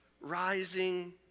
rising